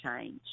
change